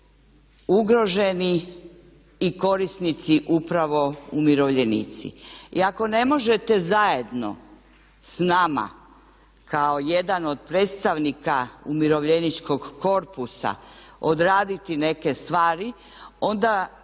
ugroženi i korisnici upravo umirovljenici. I ako ne možete zajedno s nama kao jedan od predstavnika umirovljeničkog korpusa odraditi neke stvari onda nemojte